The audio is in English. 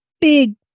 big